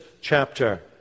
chapter